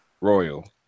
Royal